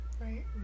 right